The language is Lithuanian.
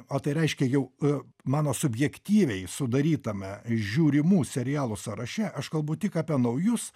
o tai reiškia jau mano subjektyviai sudarytame žiūrimų serialų sąraše aš kalbu tik apie naujus